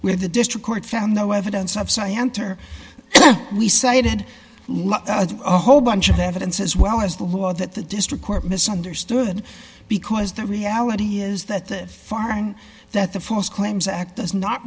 with the district court found no evidence of santer we cited whole bunch of evidence as well as the war that the district court misunderstood because the reality is that the foreign that the false claims act does not